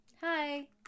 hi